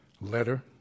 letter